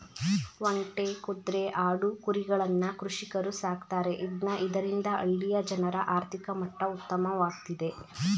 ಒಂಟೆ, ಕುದ್ರೆ, ಆಡು, ಕುರಿಗಳನ್ನ ಕೃಷಿಕರು ಸಾಕ್ತರೆ ಇದ್ನ ಇದರಿಂದ ಹಳ್ಳಿಯ ಜನರ ಆರ್ಥಿಕ ಮಟ್ಟ ಉತ್ತಮವಾಗ್ತಿದೆ